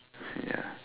yeah